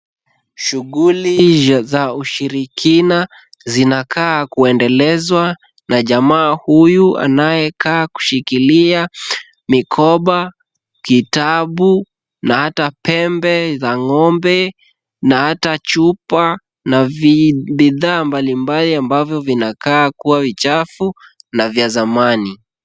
Shughuli za ushirikina zinakaa kuendelezwa na jamaa huyu anayekaa kushikilia mikoba, kitabu na hata pembe za ng'ombe na hata chupa na bidhaa mbalimbali ambavyo vinakaa kuwa vichafu na vyazamani.